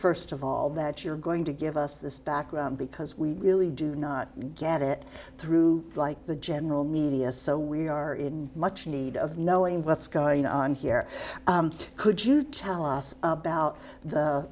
first of all that you're going to give us this background because we really do not get it through like the general media so we are in much need of knowing what's going on here could you tell us about the